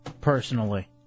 Personally